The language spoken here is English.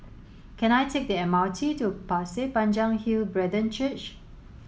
can I take the M R T to Pasir Panjang Hill Brethren Church